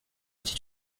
iki